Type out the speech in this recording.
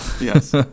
yes